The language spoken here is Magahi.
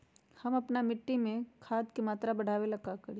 हम अपना मिट्टी में खाद के मात्रा बढ़ा वे ला का करी?